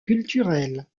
culturelle